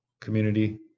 community